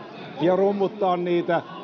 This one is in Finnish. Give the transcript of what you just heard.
ja rummuttaa niitä